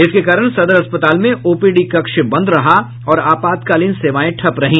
इसके कारण सदर अस्पताल में ओपीडी कक्ष बंद रहा और आपातकालीन सेवाएं ठप रही